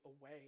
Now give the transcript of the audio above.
away